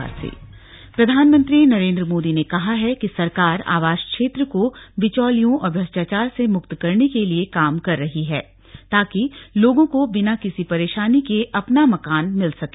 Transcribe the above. नमो app प्रधानमंत्री नरेन्द्र मोदी ने कहा है कि सरकार आवास क्षेत्र को बिचौलियों और भ्रष्टाचार से मुक्त करने के लिए काम कर रही है ताकि लोगों को बिना किसी परेशानी के अपना मकान मिल सके